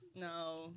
No